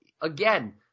again